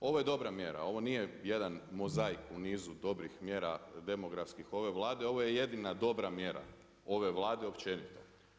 Ovo je dobra mjera, ovo nije jedan mozaik u nizu dobrih mjera demografskih ove Vlade, ovo je jedina dobra mjera ove Vlade općenito.